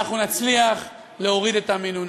שאנחנו נצליח להוריד את המינון.